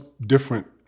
different